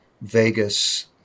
vegas